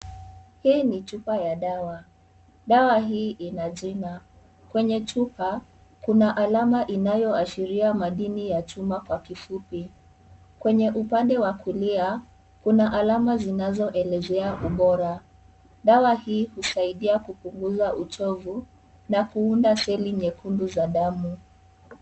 Hii ni chupa ya dawa, Dawa hii ina jina. Kwenye chupa, kuna alama inayoashiria madini ya chuma kwa kifupi. Kwenye upande wa kulia, kuna alama zinazoelezea ubora. Dawa hii husaidia kupunguza uchovu na kuunda seli nyekundu za damu.